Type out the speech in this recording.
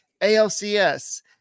ALCS